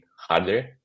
harder